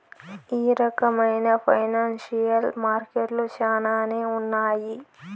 ఈ రకమైన ఫైనాన్సియల్ మార్కెట్లు శ్యానానే ఉన్నాయి